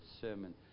sermon